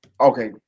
okay